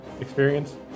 Experience